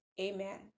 Amen